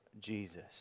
Jesus